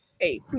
hey